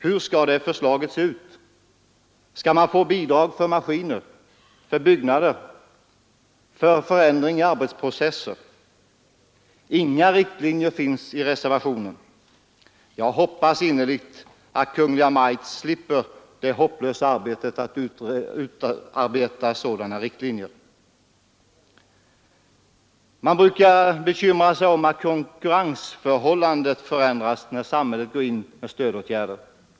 Hur skall det förslaget se ut? Skall man få bidrag till maskiner, byggnader och förändringar i arbetsprocessen? Inga riktlinjer finns i reservationen. Jag hoppas innerligt att Kungl. Maj:t slipper det hopplösa arbetet att utarbeta sådana riktlinjer. Man brukar uttala bekymmer för att konkurrensförhållandena ändras när samhället går in med stödåtgärder.